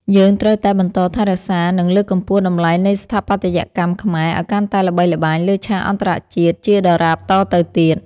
យើងត្រូវតែបន្តថែរក្សា និង លើកកម្ពស់តម្លៃនៃស្ថាបត្យកម្មខ្មែរឱ្យកាន់តែល្បីល្បាញលើឆាកអន្តរជាតិជាដរាបតទៅទៀត។